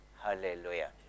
Hallelujah